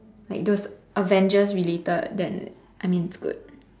like those Avengers related then I mean it's good